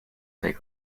take